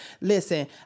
Listen